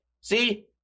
See